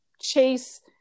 chase